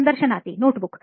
ಸಂದರ್ಶನಾರ್ಥಿ notebook